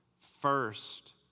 first